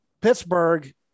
Pittsburgh